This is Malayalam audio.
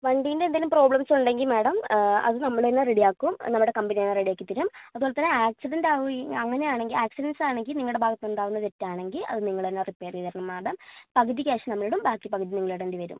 വണ്ടീൻ്റെ എന്തെങ്കിലും പ്രോബ്ലംസുണ്ടെങ്കിൽ മാഡം അതു നമ്മൾ തന്നെ റെഡിയാക്കും നമ്മുടെ കമ്പനി തന്നെ റെഡിയാക്കിത്തരും അതുപോലെത്തന്നെ ആക്സിഡന്റ് ആവുകയോ ഈ അങ്ങനെയാണെങ്കിൽ ആക്സിഡന്റ്സ് ആണെങ്കിൽ നിങ്ങളുടെ ഭാഗത്തു നിന്നുണ്ടാകുന്ന തെറ്റാണെങ്കിൽ അതു നിങ്ങൾ തന്നെ റിപ്പയർ ചെയ്തുതരണം മാഡം പകുതി ക്യാഷ് നമ്മളിടും ബാക്കി പകുതി നിങ്ങളിടേണ്ടി വരും